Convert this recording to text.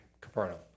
Capernaum